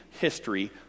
history